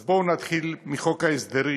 אז בואו נתחיל מחוק ההסדרים,